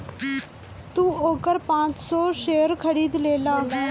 तू ओकर पाँच सौ शेयर खरीद लेला